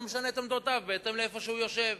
משנה את עמדותיו בהתאם להיכן שהוא יושב.